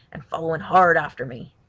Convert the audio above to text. and following hard after me.